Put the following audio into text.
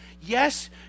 Yes